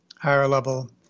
higher-level